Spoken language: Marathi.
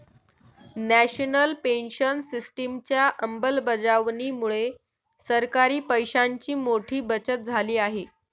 नॅशनल पेन्शन सिस्टिमच्या अंमलबजावणीमुळे सरकारी पैशांची मोठी बचत झाली आहे